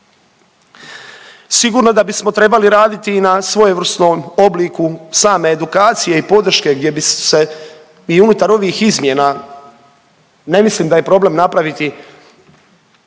Sigurno da bismo trebali raditi i na svojevrsnom obliku same edukacije i podrške gdje bi se i unutar ovih izmjena, ne mislim da je problem napraviti